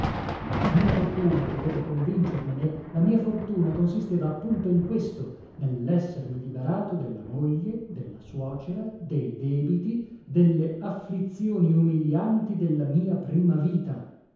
la mia fortuna dovevo convincermene la mia fortuna consisteva appunto in questo nellessermi liberato della moglie della suocera dei debiti delle afflizioni umilianti della mia prima vita